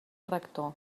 rector